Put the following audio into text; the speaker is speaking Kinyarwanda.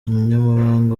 umunyamabanga